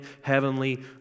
heavenly